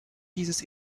dieses